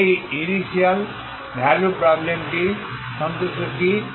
সেই initial value প্রবলেমটি সন্তুষ্ট কী